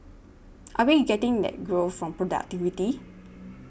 are we getting that growth from productivity